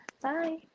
Bye